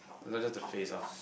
no not just the face lor